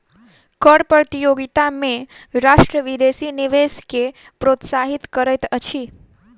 कर प्रतियोगिता में राष्ट्र विदेशी निवेश के प्रोत्साहित करैत अछि